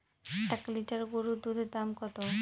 এক লিটার গরুর দুধের দাম কত?